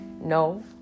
No